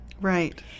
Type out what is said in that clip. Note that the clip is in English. Right